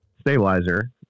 stabilizer